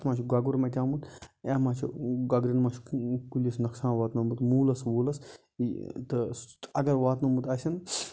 اتھ ما چھُ گَگُر مَتیومُت یا ما چھ گَگرَن ما چھُ کُلِس نۄقصان واتنومُت موٗلَس ووٗلَس تہٕ اگر واتنومُت آسیٚن